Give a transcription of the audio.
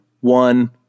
one